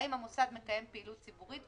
האם המוסד מקיים פעילות ציבורית,